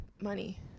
money